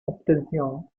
obtención